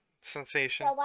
sensation